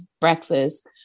breakfast